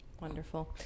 Wonderful